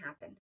happen